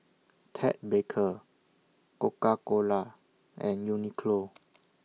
Ted Baker Coca Cola and Uniqlo